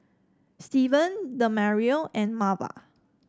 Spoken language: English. Steven Demario and Marva